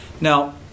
Now